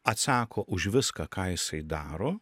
atsako už viską ką jisai daro